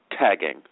tagging